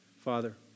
Father